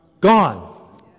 Gone